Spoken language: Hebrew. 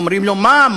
אומרים לו מָה,